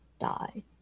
die